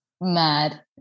Mad